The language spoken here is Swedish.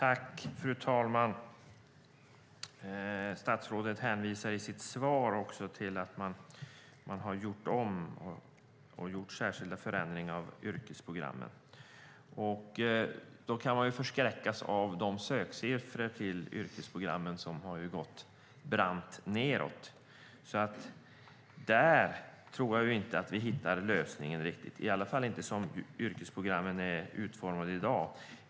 Fru talman! Statsrådet hänvisar i sitt svar till att man gjort om och gjort särskilda förändringar av yrkesprogrammen. Därför kan man förskräckas av söksiffrorna till yrkesprogrammen, som gått brant nedåt. Där tror jag inte att vi riktigt hittar lösningen, i alla fall inte såsom yrkesprogrammen är utformade i dag.